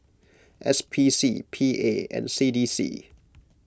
S P C P A and C D C